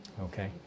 Okay